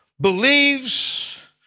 believes